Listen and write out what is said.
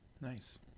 nice